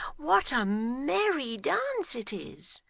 what a merry dance it is!